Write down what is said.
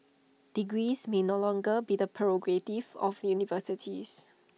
degrees may no longer be the prerogative of universities